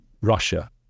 Russia